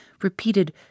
repeated